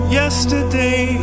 yesterday